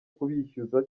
kubishyuza